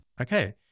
Okay